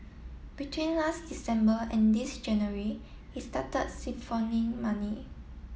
between last December and this January he started siphoning money